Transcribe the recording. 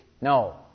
No